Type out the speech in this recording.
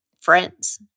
friends